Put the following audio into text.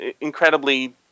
incredibly